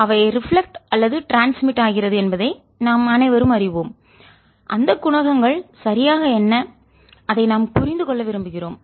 அவை ரிஃப்ளெக்ட் பிரதிபலி கப்படுகின்றன அல்லது டிரான்ஸ்மிட் பரவுகின்றன ஆகிறது என்பதை நாம் அனைவரும் அறிவோம் அந்த குணகங்கள் சரியாக என்ன அதை நாம் புரிந்து கொள்ள விரும்புகிறோம்